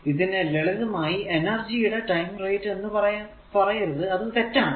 ഇതിനെ ലളിതമായി എനർജി യുടെ ടൈം റേറ്റ് എന്ന് പറയരുത് അത് തെറ്റാണു